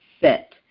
set